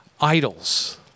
idols